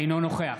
אינו נוכח